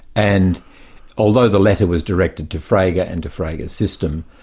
and although the letter was directed to frege and and to frege's system,